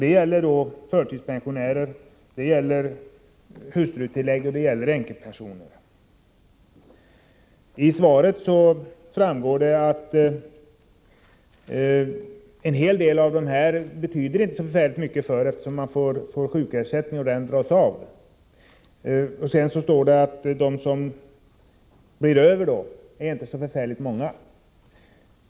Detta gäller för förtidspensioner, hustrutillägg och änkepensioner. Av svaret framgår det att för en hel del av dessa människor betyder inte detta särskilt mycket, eftersom de får sjukersättning som sedan dras av. Vidare framhålls att de som blir över inte är så förfärligt många.